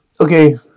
okay